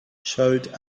showed